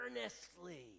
earnestly